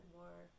more